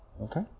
Okay